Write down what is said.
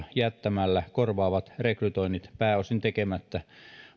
jättämällä korvaavat rekrytoinnit pääosin tekemättä